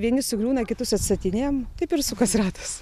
vieni sugriūna kitus atstatinėjam taip ir sukasi ratas